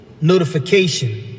notification